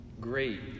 Great